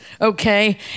Okay